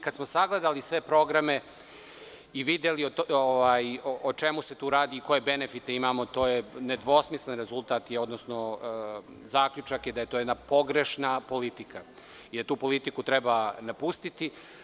Kada smo sagledali sve programe i videli o čemu se tu radi i koje benefite imamo, to je nedvosmislen rezultat, odnosno zaključak je da je to jedna pogrešna politika i da tu politiku treba napustiti.